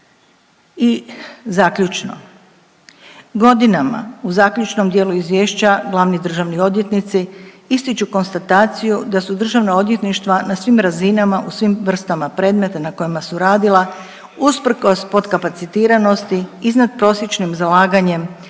I zaključno, godinama u zaključnom dijelu izvješća glavni državni odvjetnici ističu konstataciju da su državna odvjetništva na svim razinama u svim vrstama predmeta na kojima su radila usprkos potkapacitiranosti iznadprosječnim zalaganjem